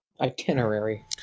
itinerary